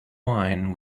wine